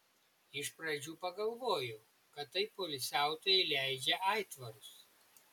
iš pradžių pagalvojau kad tai poilsiautojai leidžia aitvarus